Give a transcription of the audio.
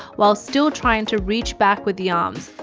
while still trying to reach back with the arms,